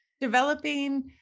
developing